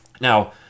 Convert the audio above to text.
Now